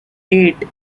eight